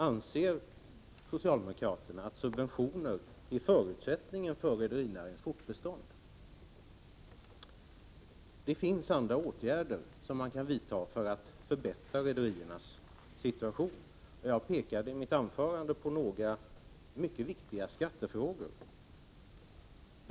Anser socialdemokraterna att subventioner är förutsättningen för rederinäringens fortbestånd? Det finns andra åtgärder som man kan vidta för att förbättra rederiernas situation. Jag pekade i mitt anförande på några mycket viktiga skattefrågor.